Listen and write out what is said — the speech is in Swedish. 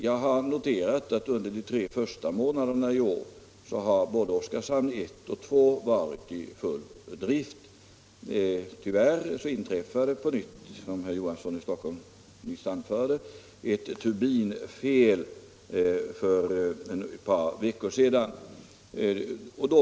Jag har emellertid noterat att både Oskarshamn I och II har varit i full drift under de tre första månaderna i år. Tyvärr inträffade, som herr Johansson i Stockholm nyss anförde, ett turbinfel på nytt för ett par veckor sedan.